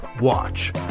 watch